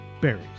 berries